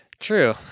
true